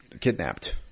kidnapped